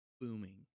booming